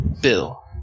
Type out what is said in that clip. Bill